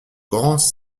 grands